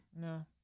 No